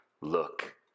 look